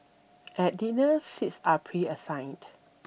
at dinner seats are preassigned